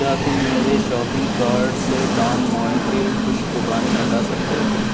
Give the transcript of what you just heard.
کیا تم میرے شاپنگ کارڈ سے ڈان مونٹے خشک خوبانی ہٹا سکتے ہو